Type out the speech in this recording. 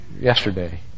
yesterday